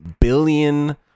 billion